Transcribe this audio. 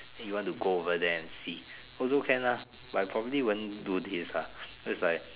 then you want to go over there and see also can ah but probably won't do this lah because is like